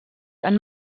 han